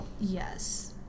Yes